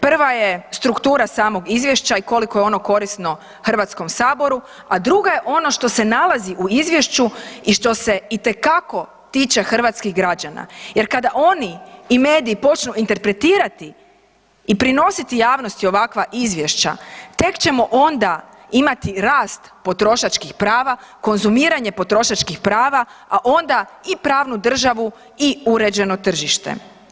Prva je struktura samog izvješća i koliko je ono korisno Hrvatskom saboru a druga je ono što se nalazi u izvješću i što se itekako tiče hrvatskih građana jer kada oni i mediji počnu interpretirati i prinositi javnosti ovakva izvješća, tek ćemo onda imati rast potrošačkih prava, konzumiranje potrošačkih prava a onda i pravnu državu i uređeno tržište.